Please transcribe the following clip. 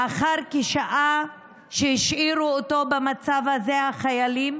לאחר כשעה שהשאירו אותו במצב הזה החיילים,